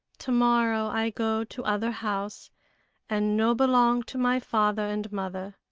to-morrow i go to other house and no belong to my father and mother.